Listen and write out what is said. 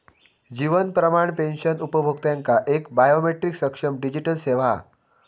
जीवन Pramaan pension उपभोक्त्यांका एक biometric सक्षम डिजीटल सेवा हा